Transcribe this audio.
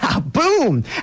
Boom